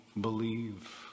believe